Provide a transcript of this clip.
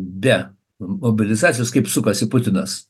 be mobilizacijos kaip sukasi putinas